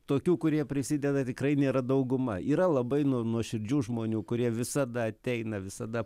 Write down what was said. tokių kurie prisideda tikrai nėra dauguma yra labai nu nuoširdžių žmonių kurie visada ateina visada